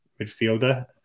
midfielder